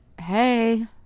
Hey